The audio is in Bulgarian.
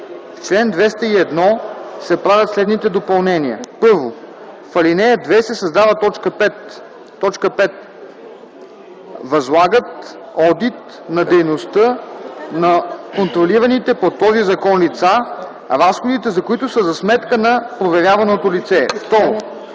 В чл. 201 се правят следните допълнения: 1. В ал. 2 се създава т. 5: „5. възлагат одит на дейността на контролираните по този закон лица, разходите за който са за сметка на проверяваното лице.”